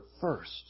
first